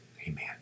amen